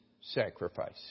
sacrifice